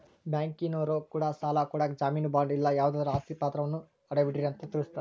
ಬ್ಯಾಂಕಿನರೊ ಕೂಡ ಸಾಲ ಕೊಡಕ ಜಾಮೀನು ಬಾಂಡು ಇಲ್ಲ ಯಾವುದಾದ್ರು ಆಸ್ತಿ ಪಾತ್ರವನ್ನ ಅಡವಿಡ್ರಿ ಅಂತ ತಿಳಿಸ್ತಾರ